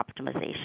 optimization